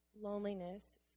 loneliness